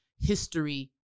history